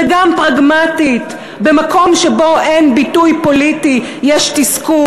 וגם פרגמטית: במקום שבו אין ביטוי פוליטי יש תסכול,